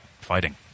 fighting